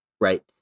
right